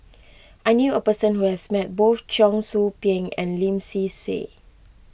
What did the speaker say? I knew a person who has met both Cheong Soo Pieng and Lim Swee Say